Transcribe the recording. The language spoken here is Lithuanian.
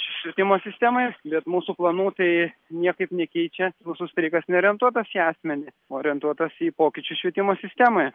švietimo sistemai bet mūsų planų tai niekaip nekeičia mūsų streikas neorientuotas į asmenį orientuotas į pokyčius švietimo sistemoje